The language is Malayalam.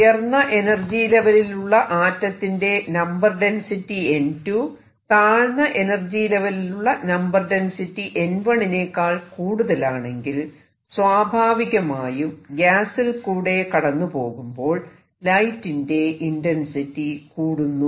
ഉയർന്ന എനർജി ലെവലിൽ ഉള്ള ആറ്റത്തിന്റെ നമ്പർ ഡെൻസിറ്റി n2 താഴ്ന്ന എനർജി ലെവലിലുള്ള നമ്പർ ഡെൻസിറ്റി n1 നേക്കാൾ കൂടുതലാണെങ്കിൽ സ്വാഭാവികമായും ഗ്യാസിൽ കൂടെ കടന്നു പോകുമ്പോൾ ലൈറ്റിന്റെ ഇന്റെൻസിറ്റി കൂടുന്നു